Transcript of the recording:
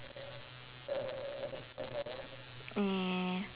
mm